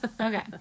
Okay